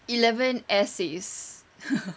eleven essays